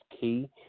key